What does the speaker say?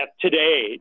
today